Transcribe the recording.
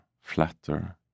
flatter